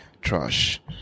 trash